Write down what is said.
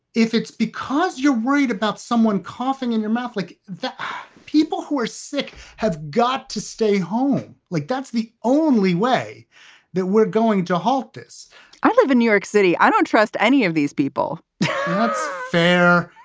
if it's because you read about someone coughing in your mouth, like the people who are sick have got to stay home, like that's the only way that we're going to halt this i live in new york city. i don't trust any of these people that's fair.